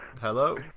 Hello